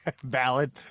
Valid